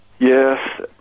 Yes